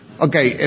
Okay